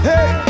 Hey